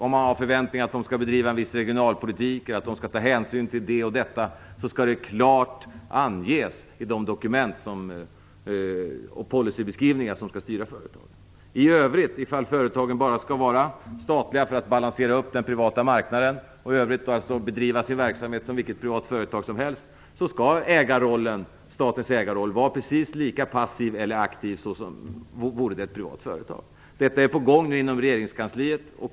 Om man har förväntningar att de skall bedriva en viss regionalpolitik, att de skall ta hänsyn till det och detta skall det klart anges i de dokument och policybeskrivningar som skall styra företagen. I övrigt, om företagen skall vara statliga bara för att balansera upp den privata marknaden, och i övrigt bedriva sin verksamhet som vilket privat företag som helst, skall statens ägarroll vara precis lika passiv eller aktiv som vore det privata företag. Detta är på gång inom regeringskansliet.